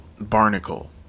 Barnacle